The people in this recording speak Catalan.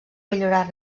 millorar